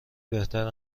بهتر